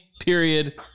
period